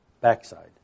backside